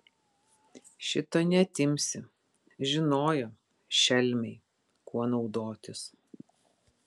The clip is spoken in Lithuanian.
šito neatimsi žinojo šelmiai kuo naudotis